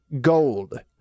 gold